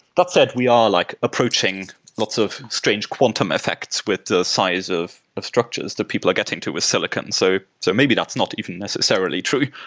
that said, we are like approaching lots of strange quantum effects with the size of of structures that people are getting to with silicon. so so maybe that's not even necessarily true.